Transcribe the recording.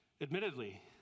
admittedly